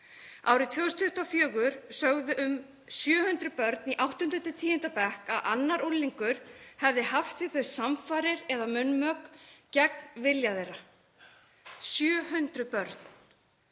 Árið 2024 sögðu um 700 börn í 8.–10. bekk að annar unglingur hefði haft við þau samfarir eða munnmök gegn vilja þeirra, 700 börn.